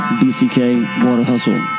bckwaterhustle